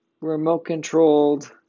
remote-controlled